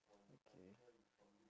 okay